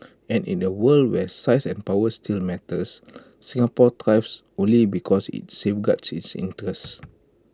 and in A world where size and power still matters Singapore thrives only because IT safeguards its interests